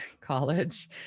college